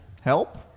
help